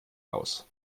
aus